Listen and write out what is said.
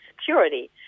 security